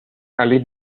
allée